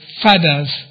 father's